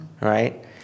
right